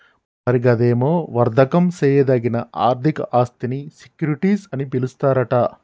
మరి గదేమో వర్దకం సేయదగిన ఆర్థిక ఆస్థినీ సెక్యూరిటీస్ అని పిలుస్తారట